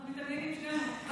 אנחנו מתעניינים בחדשנות.